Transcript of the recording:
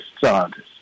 scientists